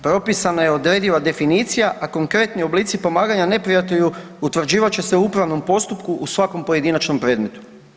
Propisana je odrediva definicija, a konkretni oblici pomaganja neprijatelju utvrđivat će se u upravnom postupku u svakom pojedinačnom predmetu.